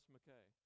McKay